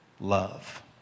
love